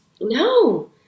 no